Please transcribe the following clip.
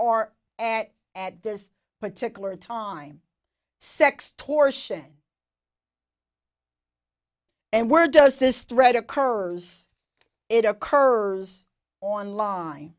are at at this particular time sextortion and where does this thread occurs it occurs online